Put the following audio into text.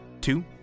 two